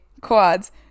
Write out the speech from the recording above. quads